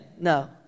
No